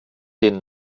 den